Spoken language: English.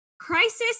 crisis